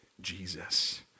Jesus